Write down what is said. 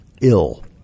ill